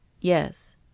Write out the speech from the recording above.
Yes